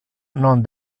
non